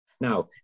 Now